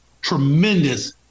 tremendous